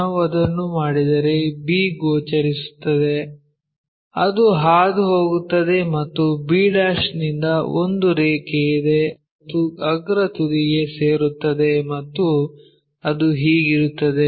ನಾವು ಅದನ್ನು ಮಾಡಿದರೆ b ಗೋಚರಿಸುತ್ತದೆ ಅದು ಹಾದುಹೋಗುತ್ತದೆ ಮತ್ತು b ಯಿಂದ ಒಂದು ರೇಖೆಯಿದೆ ಅದು ಅಗ್ರ ತುದಿಗೆ ಸೇರುತ್ತದೆ ಮತ್ತು ಅದು ಹೀಗಿರುತ್ತದೆ